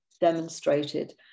demonstrated